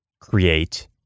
create